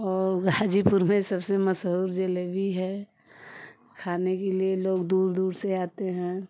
और गाजीपुर में सबसे मशहूर जलेबी है खाने के लिए लोग दूर दूर से आते हैं